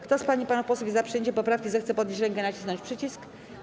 Kto z pań i panów posłów jest za przyjęciem poprawki, zechce podnieść rękę i nacisnąć przycisk.